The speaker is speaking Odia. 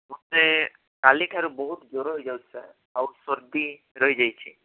ମୋତେ କାଲିଠାରୁ ବହୁତ ଜର ହୋଇଯାଇଛି ସାର୍ ଆଉ ସର୍ଦି ରହିଯାଇଛି